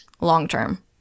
long-term